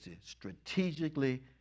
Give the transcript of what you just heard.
strategically